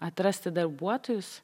atrasti darbuotojus